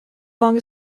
long